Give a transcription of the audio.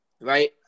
right